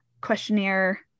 questionnaire